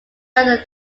rather